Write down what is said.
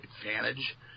advantage